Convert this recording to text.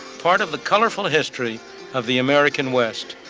part of the colorful history of the american west.